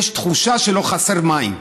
יש תחושה שלא חסר מים.